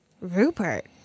Rupert